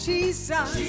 Jesus